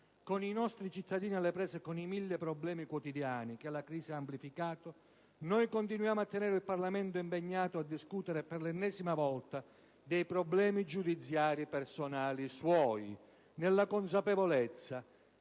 Con i nostri cittadini alle prese con i mille problemi quotidiani, che la crisi ha amplificato, noi continuiamo a tenere il Parlamento impegnato a discutere per l'ennesima volta dei problemi giudiziari personali suoi nella consapevolezza,